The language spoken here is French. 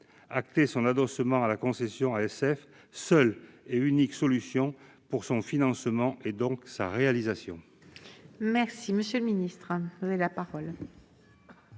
acté son adossement à la concession d'ASF, seule et unique solution pour son financement et donc sa réalisation